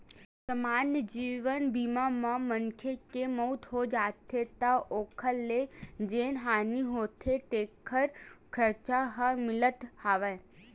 समान्य जीवन बीमा म मनखे के मउत हो जाथे त ओखर ले जेन हानि होथे तेखर खरचा ह मिलथ हव